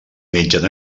mengen